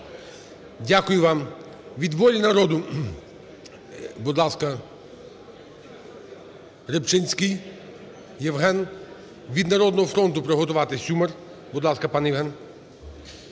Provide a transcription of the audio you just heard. Дякую вам. Від "Волі народу", будь ласка, Рибчинський Євген. Від "Народного фронту" приготуватись Сюмар. Будь ласка, пане Євген.